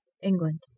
England